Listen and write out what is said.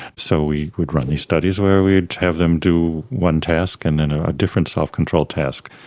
so we would run these studies where we would have them do one task and then a different self-control task.